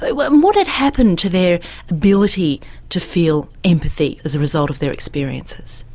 but what and what had happened to their ability to feel empathy as a result of their experiences?